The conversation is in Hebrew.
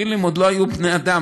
כאילו לא היו בני אדם,